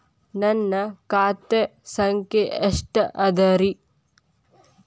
ನನ್ನ ಖಾತೆ ಸಂಖ್ಯೆ ಎಷ್ಟ ಅದರಿ?